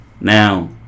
Now